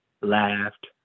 laughed